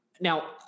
now